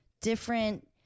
different